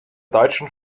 deutschen